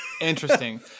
Interesting